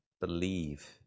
Believe